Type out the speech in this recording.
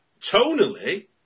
tonally